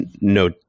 no